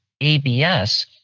abs